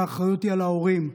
האחריות היא על ההורים,